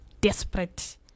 desperate